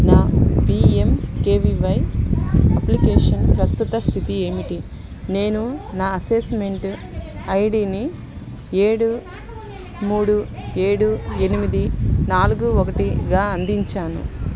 నా PMKVY application ప్రస్తుత స్థితి ఏమిటి నేను నా అసెస్మెంట్ ఐడిని ఏడు మూడు ఏడు ఎనిమిది నాలుగు ఒకటిగా అందించాను